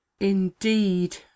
indeed